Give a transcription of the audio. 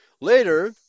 Later